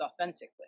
authentically